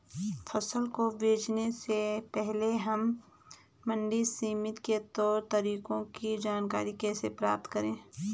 फसल को बेचने से पहले हम मंडी समिति के तौर तरीकों की जानकारी कैसे प्राप्त करें?